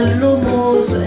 lumos